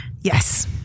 Yes